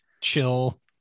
chill